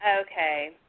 Okay